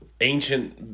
ancient